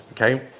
Okay